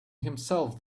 himself